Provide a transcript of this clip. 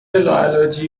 لاعلاجی